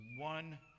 one